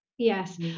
yes